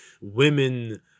women